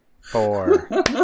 four